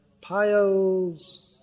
piles